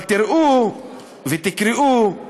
אבל תראו ותקראו את